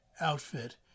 outfit